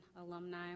alumni